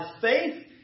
faith